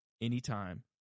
anytime